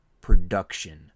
production